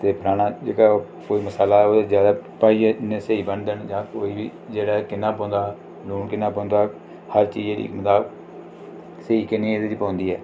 कि बनाना जेह्का कोई मसाला ओह्दे च ज्यादा पाइयै नी स्हेई बनदे न कोई बी जेह्ड़ा किन्ना पौंदा लून किन्ना पौंदा हर चीज़ किन्नी मतलब स्हेई किन्नी एह्दे च पौंदी ऐ